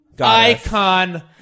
Icon